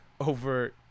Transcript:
over